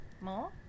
more